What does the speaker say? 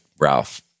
Ralph